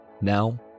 Now